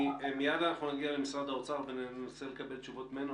מיד נגיע למשרד האוצר וננסה לקבל תשובות ממנו.,